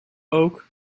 ook